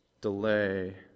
delay